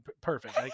perfect